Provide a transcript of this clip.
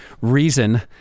reason